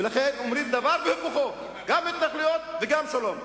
ולכן אומרים דבר והיפוכו, גם התנחלויות וגם שלום.